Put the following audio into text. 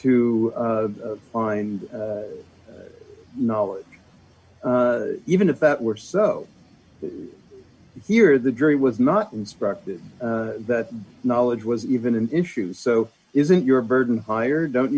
to find knowledge even if that were so here the jury was not instructed that knowledge was even an issue so isn't your burden higher don't